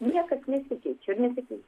niekas nesikeičia ir nesikeis